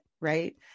Right